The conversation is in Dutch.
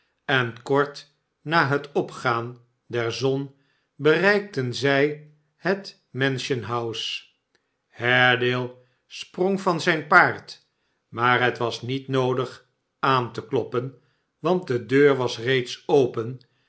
en kort na het opgaan der zon bereikten zij het mansion house haredale sprong van zijn paard maar het was niet noodig aan te kloppen want de deur was reeds open